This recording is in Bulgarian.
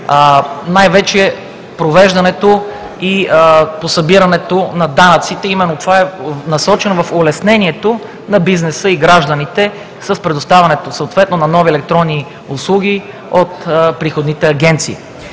най вече в провеждането и по събирането на данъците. Това е насочено в улеснение на бизнеса и гражданите с предоставянето съответно на нови електронни услуги от приходните агенции.